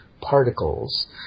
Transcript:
particles